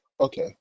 Okay